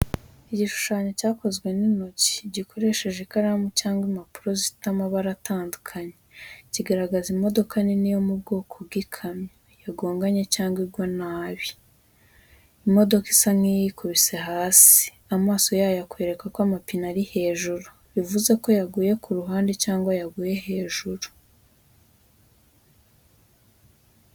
Igishushanyo cyakozwe n’intoki, gikoresheje ikaramu cyangwa impapuro zifite amabara atandukanye, kigaragaza imodoka nini yo mu bwoko bw'ikamyo yagonganye cyangwa igwa nabi. Imodoka isa nk’iyikubise hasi, amaso yayo akwereka ko amapine ari hejuru, bivuze ko yaguye ku ruhande cyangwa yaguye hejuru.